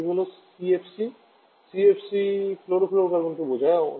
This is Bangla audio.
একটি হল সিএফসি সিএফসি ক্লোরোফ্লোরোকার্বনকে বোঝায়